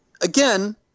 Again